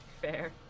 fair